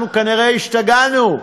אנחנו כנראה השתגענו,